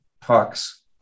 pucks